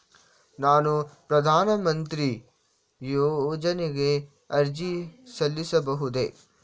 ನಾನು ಪ್ರಧಾನ ಮಂತ್ರಿ ಯೋಜನೆಗೆ ಅರ್ಜಿ ಸಲ್ಲಿಸಬಹುದೇ?